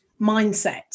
mindset